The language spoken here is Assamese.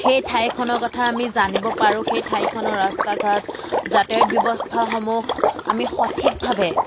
সেই ঠাইখনৰ কথা আমি জানিব পাৰোঁ সেই ঠাইখনৰ ৰাস্তা ঘাট যাতায়াত ব্যৱস্থাসমূহ আমি সঠিকভাৱে